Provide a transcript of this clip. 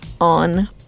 on